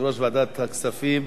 יושב-ראש ועדת הכספים,